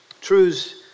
truths